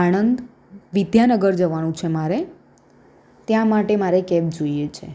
આણંદ વિદ્યાનગર જવાનું છે મારે ત્યાં માટે મારે કેબ જોઈએ છે